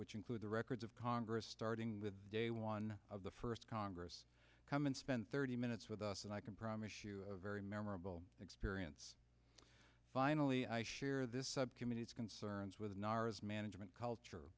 which include the records of congress starting with day one of the first congress come and spend thirty minutes with us and i can promise you a very memorable experience finally i share this subcommittee's concerns with management culture